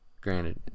granted